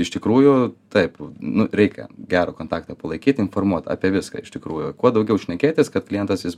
iš tikrųjų taip nu reikia gerą kontaktą palaikyt informuot apie viską iš tikrųjų kuo daugiau šnekėtis kad klientas jis